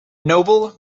noble